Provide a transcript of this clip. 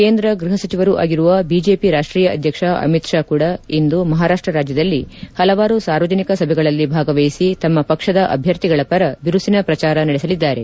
ಕೇಂದ್ರ ಗೃಹ ಸಚಿವರೂ ಆಗಿರುವ ಬಿಜೆಪಿ ರಾಷ್ಟೀಯ ಅಧ್ಯಕ್ಷ ಅಮಿತ್ ಶಾ ಕೂಡ ಇಂದು ಮಹಾರಾಷ್ಟ ರಾಜ್ಞದಲ್ಲಿ ಹಲವಾರು ಸಾರ್ವಜನಿಕ ಸಭೆಗಳಲ್ಲಿ ಭಾಗವಹಿಸಿ ತಮ್ಮ ಪಕ್ಷದ ಅಭ್ಯರ್ಥಿಗಳ ಪರ ಬಿರುಸಿನ ಪ್ರಚಾರ ನಡೆಸಲಿದ್ದಾರೆ